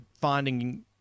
finding